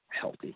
healthy